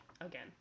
again